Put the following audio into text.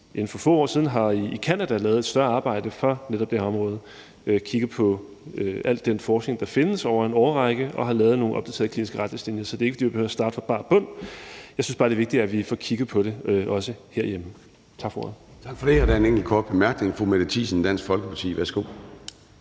man for få år siden i Canada har lavet et større arbejde for netop det her område. Man har kigget på al den forskning, der findes, over en årrække og har lavet nogle opdaterede kliniske retningslinjer. Så det er ikke, fordi vi behøver at starte på bar bund. Jeg synes bare, det er vigtigt, at vi også får kigget på det herhjemme. Tak for ordet. Kl. 11:27 Formanden (Søren Gade): Tak for det. Der er en enkelt kort bemærkning fra fru Mette Thiesen, Dansk Folkeparti. Værsgo.